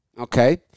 Okay